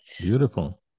Beautiful